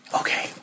okay